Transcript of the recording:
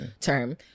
term